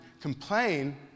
complain